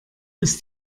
ist